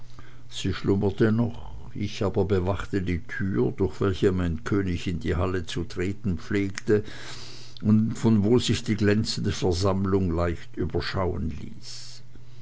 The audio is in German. sie schlummerte noch ich aber bewachte die tür durch welche mein könig in die halle zu treten pflegte und von wo sich die glänzende versammlung leicht überschauen ließ